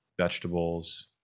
vegetables